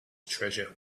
treasure